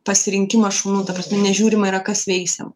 pasirinkimas šunų ta prasme nežiūrima yra kas veisiama